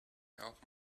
help